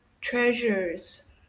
treasures